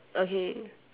okay